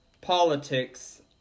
politics